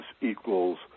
equals